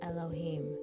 Elohim